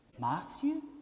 Matthew